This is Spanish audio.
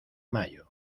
mayo